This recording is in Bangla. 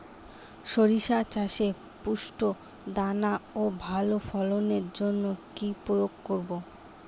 শরিষা চাষে পুষ্ট দানা ও ভালো ফলনের জন্য কি প্রয়োগ করব?